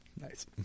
Nice